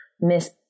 Miss